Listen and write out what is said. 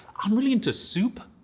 i'm really into soup.